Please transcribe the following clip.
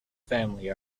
family